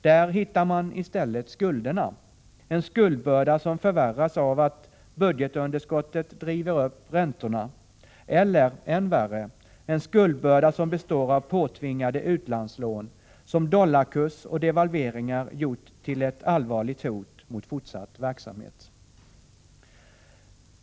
Där hittar man i stället skulderna, en skuldbörda som förvärras av att budgetunderskottet driver upp räntorna. Eller, än värre, en skuldbörda som består av påtvingade utlandslån, som dollarkurs och devalveringar gjort till ett allvarligt hot mot fortsatt verksamhet.